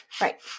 Right